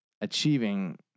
achieving